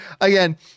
again